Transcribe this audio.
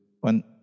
one